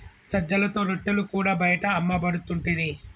సజ్జలతో రొట్టెలు కూడా బయట అమ్మపడుతుంటిరి